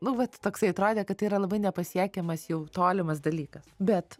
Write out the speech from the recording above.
nu vat toksai atrodė kad tai yra labai nepasiekiamas jau tolimas dalykas bet